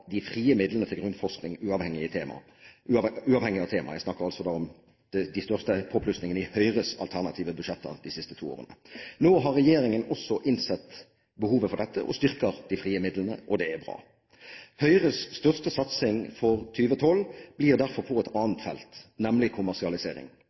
de frie midlene til grunnforskning, uavhengig av tema. Jeg snakker altså da om de største påplussingene i Høyres alternative budsjetter de siste to årene. Nå har regjeringen også innsett behovet for dette og styrker de frie midlene. Det er bra. Høyres største satsing i 2012 blir derfor på et